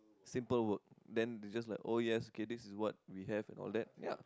simple work then they just like oh yes okay this is what we have and all that ya